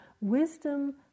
wisdom